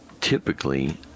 typically